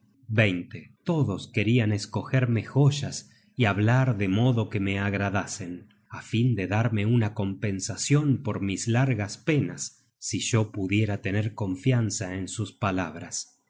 cabellera todos querian escogerme joyas y hablar de modo que me agradasen á fin de darme una compensacion por mis largas penas si yo pudiera tener confianza en sus palabras